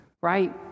right